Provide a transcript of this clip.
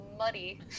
muddy